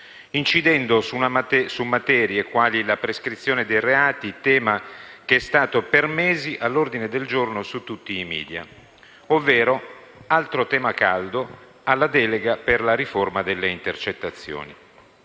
incidendo su materie quali la prescrizione dei reati (tema che è stato per mesi all'ordine del giorno su tutti i *media*), ovvero (altro tema caldo) la delega per la riforma delle intercettazioni.